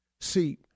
See